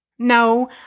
No